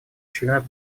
членов